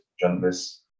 journalists